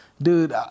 Dude